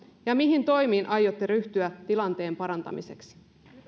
ja mihin toimiin aiotte ryhtyä tilanteen parantamiseksi